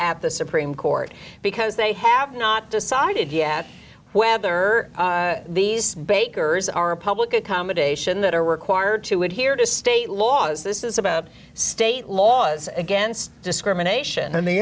at the supreme court because they have not decided yet whether these bakers are in public accommodation that are required to adhere to state laws this is about state laws against discrimination and the